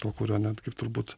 to kurio net kaip turbūt